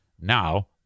now